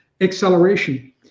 acceleration